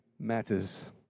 matters